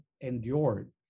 endured